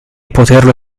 poterlo